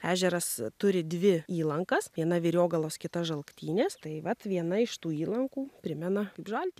ežeras turi dvi įlankas viena vyriogalos kita žalktynės tai vat viena iš tų įlankų primena žaltį